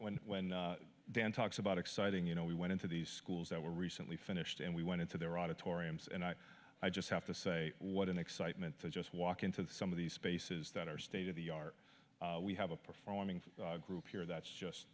when when dan talks about exciting you know we went into these schools that were recently finished and we went into their auditoriums and i just have to say what an excitement to just walk into some of these spaces that are state of the art we have a performing group here that's just